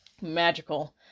magical